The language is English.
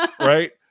right